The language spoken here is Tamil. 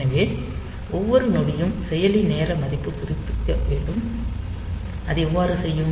எனவே ஒவ்வொரு நொடியும் செயலி நேர மதிப்பை புதுப்பிக்க வேண்டும் அது எவ்வாறு செய்யும்